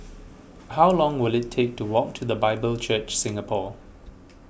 how long will it take to walk to the Bible Church Singapore